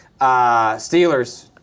Steelers